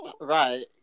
Right